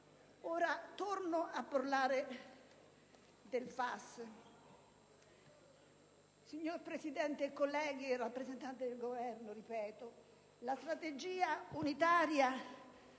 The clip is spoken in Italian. Per tornare a parlare del FAS, signor Presidente, colleghi, rappresentanti del Governo, la strategia unitaria